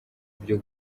byo